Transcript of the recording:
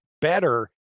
better